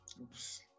Oops